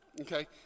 Okay